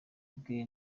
bwe